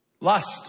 Lust